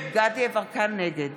נגד